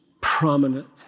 prominent